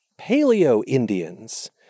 paleo-Indians